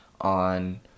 on